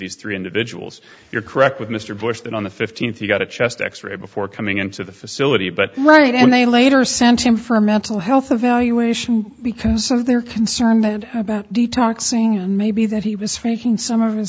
these three individuals you're correct with mr bush that on the fifteenth you got a chest x ray before coming into the facility but right and they later sent him for a mental health evaluation because of their concern they had about detoxing and maybe that he was faking some of his